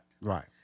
right